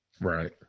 Right